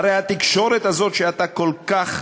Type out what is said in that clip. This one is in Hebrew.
הרי התקשורת הזאת, שאתה כל כך